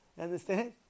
understand